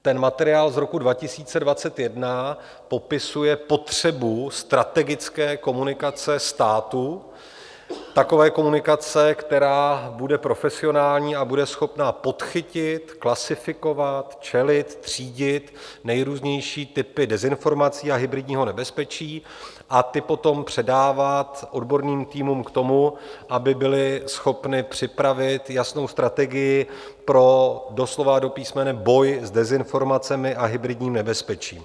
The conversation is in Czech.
Ten materiál z roku 2021 popisuje potřebu strategické komunikace státu, takové komunikace, která bude profesionální a bude schopna podchytit, klasifikovat, čelit, třídit nejrůznější typy dezinformací a hybridního nebezpečí a ty potom předávat odborným týmům k tomu, aby byly schopny připravit jasnou strategii pro doslova a do písmene boj s dezinformacemi a hybridním nebezpečím.